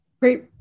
Great